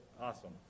Awesome